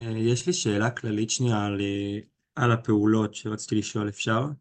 יש לי שאלה כללית שנייה על הפעולות שרציתי לשאול, אפשר?